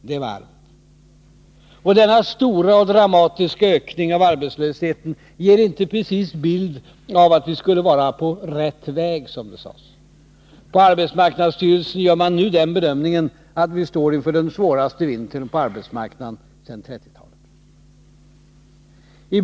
Det var allt. Denna stora och dramatiska ökning av arbetslösheten ger inte precis en bild av att vi skulle vara på rätt väg, som det sades. På arbetsmarknadsstyrelsen gör man nu den bedömningen att vi står inför den svåraste vintern på arbetsmarknaden sedan 1930-talet.